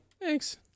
Thanks